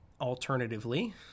Alternatively